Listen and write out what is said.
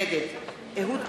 נגד אהוד ברק,